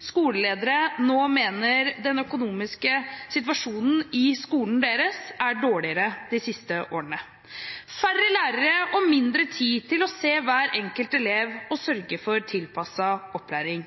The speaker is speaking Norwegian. skoleledere nå mener den økonomiske situasjonen i skolen deres er blitt dårligere de siste årene – færre lærere og mindre tid til å se hver enkelt elev og sørge for tilpasset opplæring.